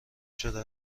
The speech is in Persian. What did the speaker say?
شده